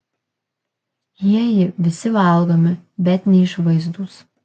jieji visi valgomi bet neišvaizdūs